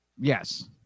Yes